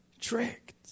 Tricked